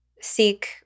seek